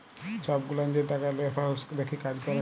ছব গুলান যে টাকার রেফারেলস দ্যাখে কাজ ক্যরে